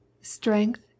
Strength